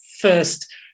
first